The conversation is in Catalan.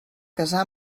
casar